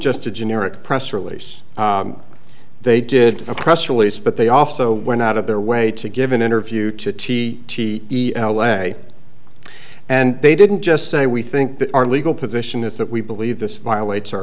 just a generic press release they did a press release but they also went out of their way to give an interview to t t e l a and they didn't just say we think that our legal position is that we believe this violates our